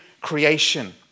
creation